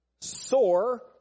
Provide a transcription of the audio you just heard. Sore